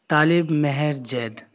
طالب مہر زید